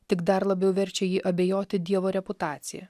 tik dar labiau verčia jį abejoti dievo reputacija